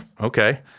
Okay